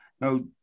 Now